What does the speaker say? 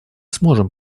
сможем